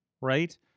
right